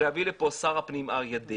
להביא לפה את שר הפנים אריה דרעי.